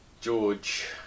George